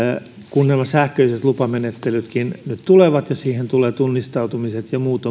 kun nämä sähköiset lupamenettelytkin nyt tulevat ja siihen tulevat tunnistautumiset ja muut